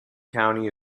county